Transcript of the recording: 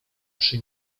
przy